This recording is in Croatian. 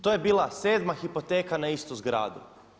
To je bila 7. hipoteka na istu zgradu.